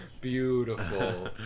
Beautiful